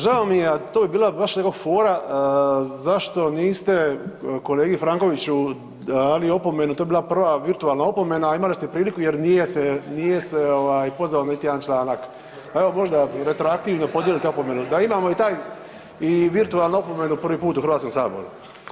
Žao mi je, a to je bila baš neka fora zašto niste kolegi Frankoviću dali opomenu, to bi bila prva virtualna opomena, a imali ste priliku jer nije se, nije se ovaj pozvao niti na jedan članak, pa evo možda i retroaktivno podijelite opomenu da imamo i taj i virtualnu opomenu prvi put u HS.